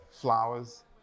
flowers